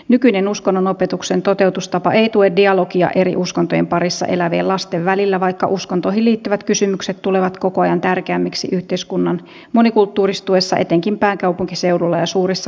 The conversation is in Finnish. nykyinen uskonnonopetuksen toteutustapa ei tue dialogia eri uskontojen parissa elävien lasten välillä vaikka uskontoihin liittyvät kysymykset tulevat koko ajan tärkeämmiksi yhteiskunnan monikulttuuristuessa etenkin pääkaupunkiseudulla ja suurissa kaupungeissa